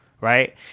right